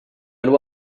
loi